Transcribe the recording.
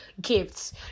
gifts